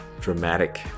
dramatic